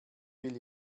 will